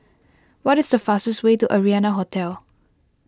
what is the fastest way to Arianna Hotel